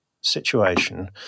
situation